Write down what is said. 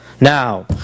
Now